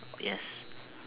yes